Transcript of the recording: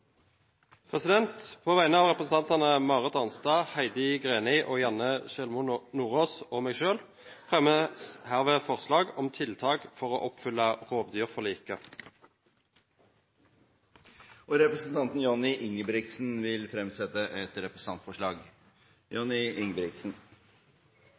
representantforslag. På vegne av representantene Marit Arnstad, Heidi Greni, Janne Sjelmo Nordås og meg selv fremmer jeg herved forslag om tiltak for å oppfylle rovdyrforliket. Representanten Johnny Ingebrigtsen vil fremsette et representantforslag.